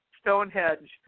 Stonehenge